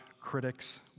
critic's